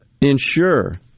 ensure